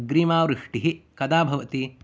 अग्रिमा वृष्टिः कदा भवति